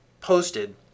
posted